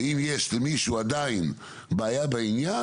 ואם יש למישהו עדיין בעיה בעניין,